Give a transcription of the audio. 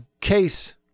case